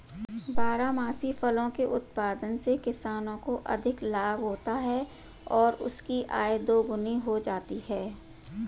बारहमासी फसलों के उत्पादन से किसानों को अधिक लाभ होता है और उनकी आय दोगुनी हो जाती है